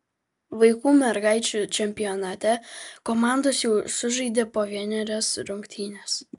vaikų mergaičių čempionate komandos jau sužaidė po vienerias rungtynes